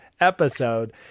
episode